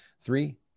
Three